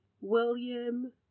William